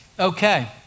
Okay